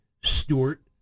Stewart